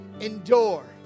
Endure